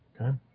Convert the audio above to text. Okay